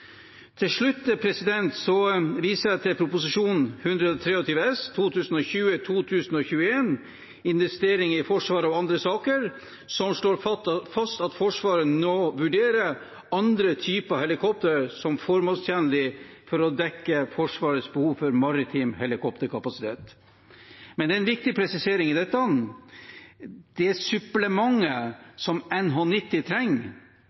Til slutt viser jeg til Prop. 123 S for 2020–2021, Investeringar i Forsvaret og andre saker, som slår fast at Forsvaret nå vurderer andre typer helikoptre som formålstjenlig for å dekke Forsvarets behov for maritim helikopterkapasitet. Men det er en viktig presisering i dette: Det er viktig at det supplementet som NH90 trenger,